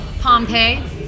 Pompeii